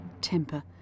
temper